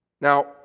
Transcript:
Now